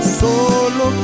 solo